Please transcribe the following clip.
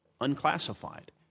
unclassified